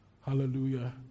Hallelujah